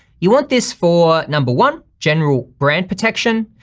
you want this for number one, general brand protection.